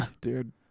dude